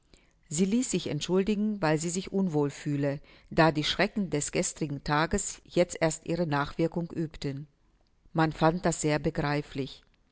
sie ließ sich entschuldigen weil sie sich unwohl fühle da die schrecken des gestrigen tages jetzt erst ihre nachwirkung übten man fand das sehr begreiflich